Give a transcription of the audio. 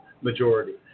majority